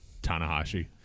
Tanahashi